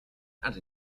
add